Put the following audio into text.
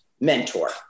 mentor